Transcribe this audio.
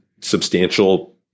substantial